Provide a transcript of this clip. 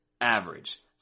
average